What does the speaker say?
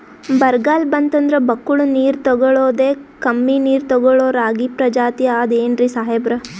ಬರ್ಗಾಲ್ ಬಂತಂದ್ರ ಬಕ್ಕುಳ ನೀರ್ ತೆಗಳೋದೆ, ಕಮ್ಮಿ ನೀರ್ ತೆಗಳೋ ರಾಗಿ ಪ್ರಜಾತಿ ಆದ್ ಏನ್ರಿ ಸಾಹೇಬ್ರ?